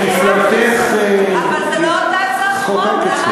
אני לא יודע מספרים?